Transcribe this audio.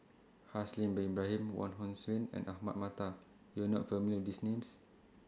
Haslir Bin Ibrahim Wong Hong Suen and Ahmad Mattar YOU Are not familiar with These Names